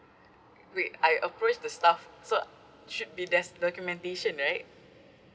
wait I approached the staff so should be there's documentation right